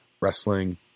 wrestling